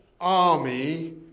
army